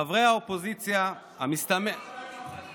חברי האופוזיציה, לא שומעים אותך.